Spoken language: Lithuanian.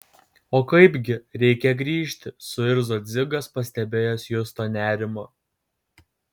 o kaipgi reikia grįžti suirzo dzigas pastebėjęs justo nerimą